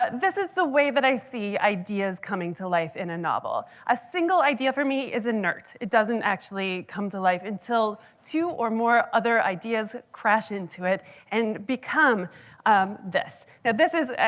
but this is the way that i see ideas coming to life in a novel. a single idea for me is inert. it doesn't actually come to life until two or more other ideas crash into it and become um this. now this is,